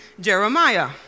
Jeremiah